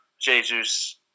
Jesus